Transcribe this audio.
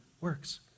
works